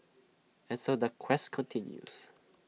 and so the quest continues